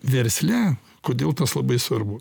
versle kodėl tas labai svarbu